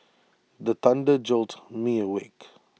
the thunder jolt me awake